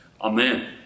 Amen